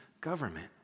government